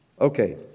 Okay